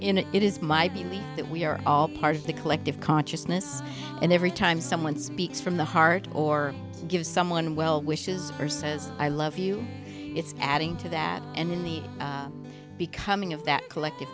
in it it is my belief that we are all part of the collective consciousness and every time someone speaks from the heart or give someone well wishes or says i love you it's adding to that and in me becoming of that collective